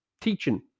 teaching